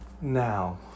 Now